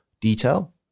detail